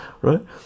right